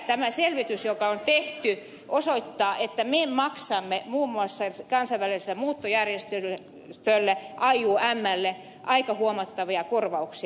tämä tehty selvitys osoittaa että me maksamme muun muassa kansainväliselle siirtolaisuusjärjestölle iomlle aika huomattavia korvauksia